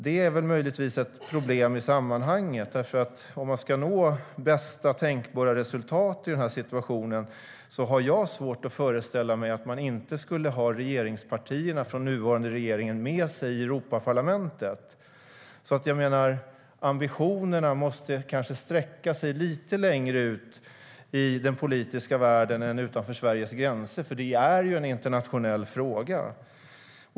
Detta är möjligtvis ett problem i sammanhanget, för om man ska nå bästa tänkbara resultat i den här situationen har jag svårt att föreställa mig att man inte skulle ha den nuvarande regeringens partier med sig i Europaparlamentet. Jag menar att ambitionerna måste sträcka sig lite längre ut i den politiska världen, utanför Sveriges gränser, för det är en internationell fråga.